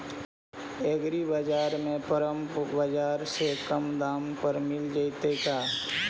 एग्रीबाजार में परमप बाजार से कम दाम पर मिल जैतै का?